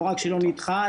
לא רק שלא נדחה,